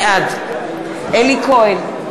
בעד אלי כהן,